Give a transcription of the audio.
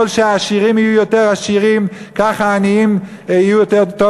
העשירים יהיו יותר עשירים ככה לעניים יהיה יותר טוב,